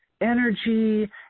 energy